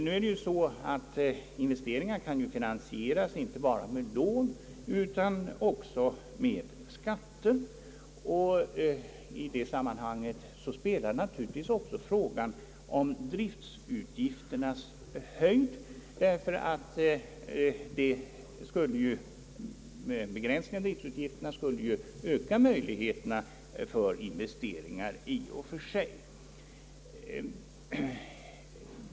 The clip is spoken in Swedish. Nu är det ju så att investeringar kan finansieras inte bara med lån utan också med skatter, och i detta sammanhang spelar också naturligtvis frågan om driftutgifternas höjd en stor roll, ty en begränsning av driftutgifterna skulle öka möjligheterna för investeringar i och för sig.